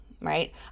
right